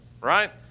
Right